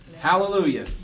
Hallelujah